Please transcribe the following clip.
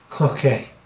Okay